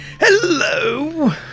Hello